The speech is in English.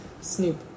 snoop